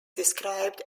described